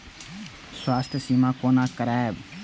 स्वास्थ्य सीमा कोना करायब?